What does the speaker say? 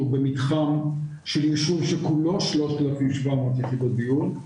במתחם של ישוב שכולו 3,700 יחידות דיור,